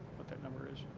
what that number is.